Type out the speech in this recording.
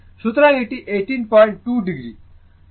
সুতরাং এটি 182o